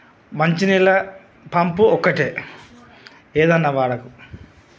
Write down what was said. మంచినీళ్ల pump ఒక్కటే ఏదన్న వాళ్ళకు